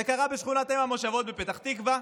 זה קרה בשכונת אם המושבות בפתח תקווה.